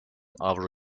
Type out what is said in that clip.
avro